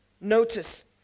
notice